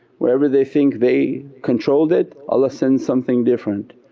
wherever they think they controlled it allah sends something different.